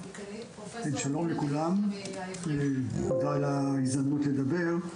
שלום לכולם ותודה על ההזדמנות לדבר.